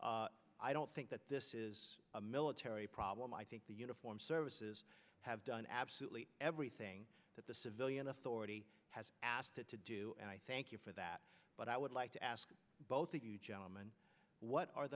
i don't think that this is a military problem i think the uniform services have done absolutely everything that the civilian authority has asked it to do and i thank you for that but i would like to ask both of you gentlemen what are